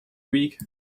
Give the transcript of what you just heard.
week